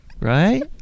right